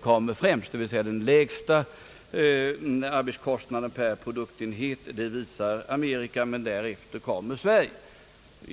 kommer främst, dvs. har den lägsta arbetskostnaden per produktenhet, men därefter kommer Sverige.